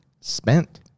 spent